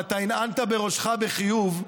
ואתה הנהנת בראשך בחיוב,